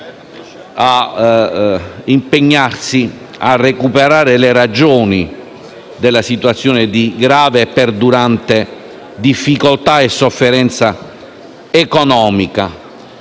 ad impegnarsi a recuperare le ragioni della situazione di grave e perdurante difficoltà e sofferenza economica.